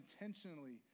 intentionally